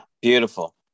beautiful